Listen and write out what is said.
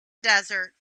desert